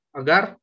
agar